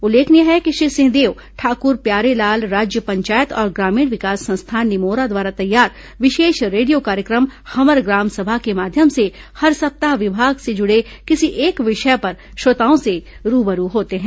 उल्लेखनीय है कि श्री सिंहदेव ठाक्र प्यारेलाल राज्य पंचायत और ग्रामीण विकास संस्थान निमोरा द्वारा तैयार विशेष रेडियो कार्यक्रम हमर ग्राम सभा के माध्यम से हर सप्ताह विभाग से जुड़े किसी एक विषय पर श्रोताओं से रूबरू होते हैं